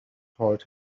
told